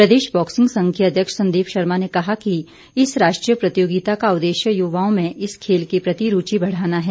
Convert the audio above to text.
प्रदेश boxing संघ के अध्यक्ष संदीप शर्मा ने कहा कि इस राष्ट्रीय प्रतियोगिता का उद्देश्य युवाओं में इस खेल के प्रति रूचि बढ़ाना है